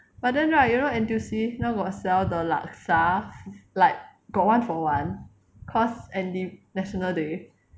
but then right you know N_T_U_C now got sell the laksa like got one for one cause N D national day